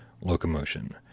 locomotion